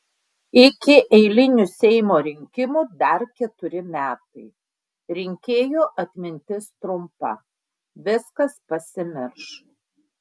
iki eilinių seimo rinkimų dar keturi metai rinkėjų atmintis trumpa viskas pasimirš